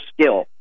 skill